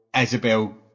Isabel